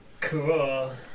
Cool